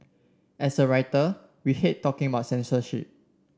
as a writer we hate talking about censorship